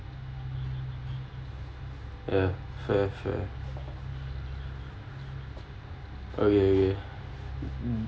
ya fair fair okay okay